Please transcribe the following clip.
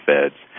Feds